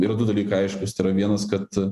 yra du dalykai aiškūs tai yra vienas kad